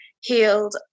healed